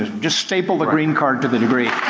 ah just staple the green card to the degree.